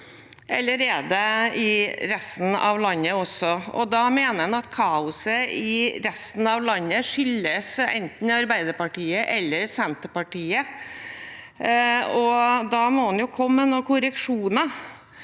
eller er det i resten av landet også? Da mener han at kaoset i resten av landet skyldes enten Arbeiderpartiet eller Senterpartiet, og da må en jo komme med noen korreksjoner.